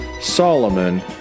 Solomon